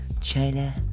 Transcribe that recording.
China